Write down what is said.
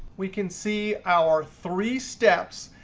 we can see our three steps.